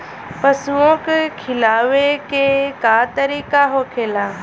पशुओं के खिलावे के का तरीका होखेला?